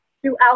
throughout